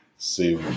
See